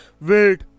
wait